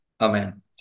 Amen